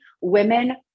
women